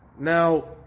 now